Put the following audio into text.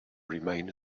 remain